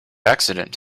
accident